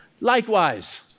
Likewise